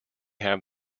have